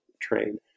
train